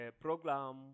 program